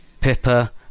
Pippa